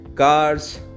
cars